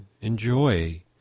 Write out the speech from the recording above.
enjoy